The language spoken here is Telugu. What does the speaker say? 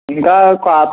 ఇంకా కా